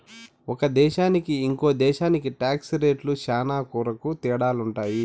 ఒక దేశానికి ఇంకో దేశానికి టాక్స్ రేట్లు శ్యానా కొరకు తేడాలుంటాయి